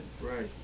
Right